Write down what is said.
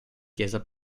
chiesa